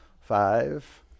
Five